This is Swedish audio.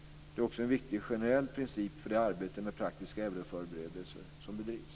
Det är också en viktig generell princip för det arbete med praktiska euroförberedelser som bedrivs.